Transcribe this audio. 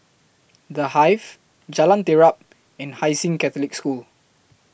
The Hive Jalan Terap and Hai Sing Catholic School